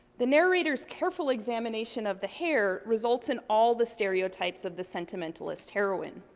the narrator's careful examination of the hair results in all the stereotypes of the sentimentalist heroine.